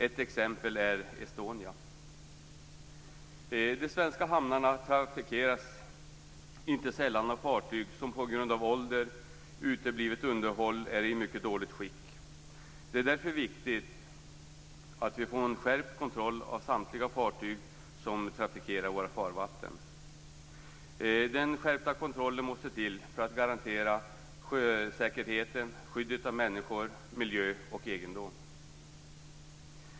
Ett exempel är Estonia. De svenska hamnarna trafikeras inte sällan av fartyg som på grund av ålder och uteblivet underhåll är i mycket dåligt skick. Det är därför viktigt att vi får en skärpt kontroll av samtliga fartyg som trafikerar våra farvatten. Den skärpta kontrollen måste till för att garantera sjösäkerheten och skyddet av människor, miljö och egendom.